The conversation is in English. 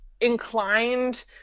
inclined